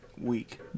Week